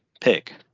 pick